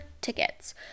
tickets